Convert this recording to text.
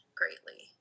greatly